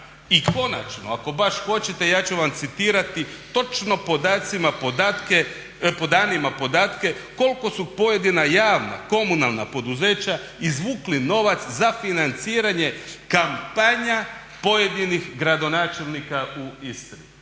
I konačno, ako baš hoćete, ja ću vam citirati točno po danima podatke koliko su pojedina javna, komunalna poduzeća izvukli novac za financiranje kampanja pojedinih gradonačelnika u Istri i